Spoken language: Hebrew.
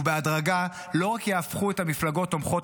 ובהדרגה לא רק יהפכו את המפלגות תומכות